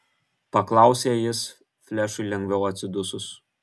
paklausė jis flešui lengviau atsidusus